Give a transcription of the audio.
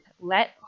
Let